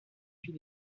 fit